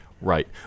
Right